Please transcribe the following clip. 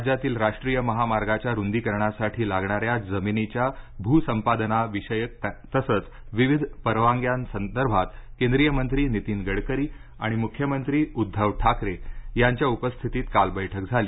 राज्यातील राष्ट्रीय महामार्गाच्या रुदीकरणासाठी लागणाऱ्या जमिनीच्या भूसंपादनविषयक तसंच विविध परवान्यांसदर्भात केंद्रीय मंत्री नितीन गडकरी आणि मुख्यमंत्री उद्घव ठाकरे यांच्या उपस्थितीत काल बैठक झाली